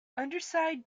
underside